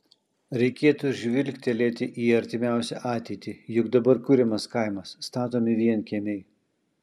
reikėtų žvilgtelėti į artimiausią ateitį juk dabar kuriamas kaimas statomi vienkiemiai